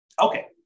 Okay